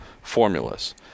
formulas